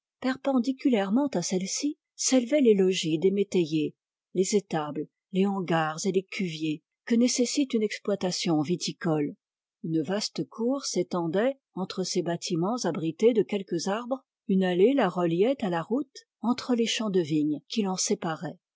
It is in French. perpendiculairement à celles-ci s'élevaient les logis des métayers les étables les hangars et les cuviers que nécessite une exploitation viti cole une vaste cour s'étendait entre ces bâtiments abrités de quelques arbres une allée la reliait à la route entre les champs de vigne qui l'en séparaient